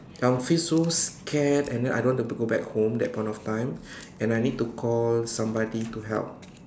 I will feel so scared and then I don't want to go back home that point of time and I need to call somebody to help